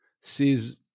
sees